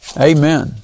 Amen